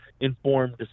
informed